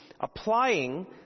applying